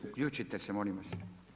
Uključite se molim vas.